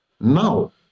Now